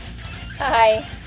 Hi